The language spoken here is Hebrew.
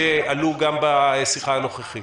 כפי שעלה גם בשיחה הנוכחית.